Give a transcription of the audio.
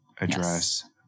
address